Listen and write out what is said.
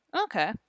Okay